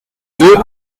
deux